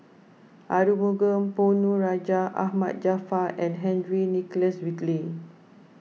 Arumugam Ponnu Rajah Ahmad Jaafar and Henry Nicholas Ridley